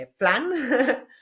plan